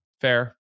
Fair